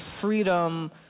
freedom